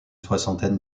soixantaine